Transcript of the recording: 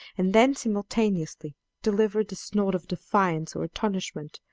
and then simultaneously delivered a snort of defiance or astonishment,